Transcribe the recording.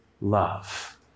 love